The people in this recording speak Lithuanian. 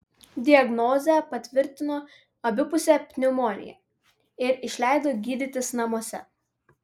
diagnozę patvirtino abipusė pneumonija ir išleido gydytis namuose